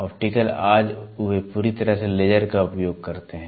optical आज वे पूरी तरह से लेजर का उपयोग करते हैं